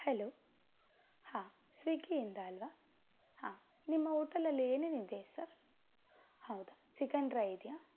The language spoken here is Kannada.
ಹೆಲೋ ಹಾಂ ಸ್ವಿಗ್ಗಿಯಿಂದ ಅಲ್ವಾ ಹಾಂ ನಿಮ್ಮ ಹೋಟಲಲ್ಲಿ ಏನೇನಿದೆ ಸರ್